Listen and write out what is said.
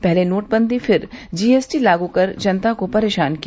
पहले नोटबंदी फिर जीएसटी लागू कर जनता को परेशान किया